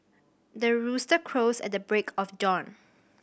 the rooster crows at the break of dawn